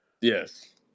Yes